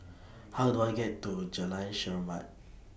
How Do I get to Jalan Chermat